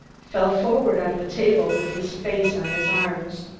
fell forward on the table with his face on his arms.